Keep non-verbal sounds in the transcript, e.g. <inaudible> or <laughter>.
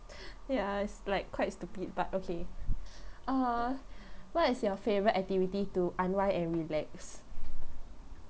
ya it's like quite stupid but okay <noise> err what is your favourite activity to unwind and relax